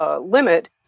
limit